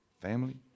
family